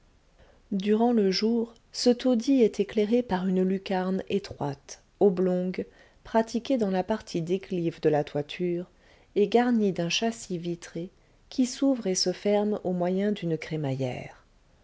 durant le jour ce taudis est éclairé par une lucarne étroite oblongue pratiquée dans la partie déclive de la toiture et garnie d'un châssis vitré qui s'ouvre et se ferme au moyen d'une crémaillère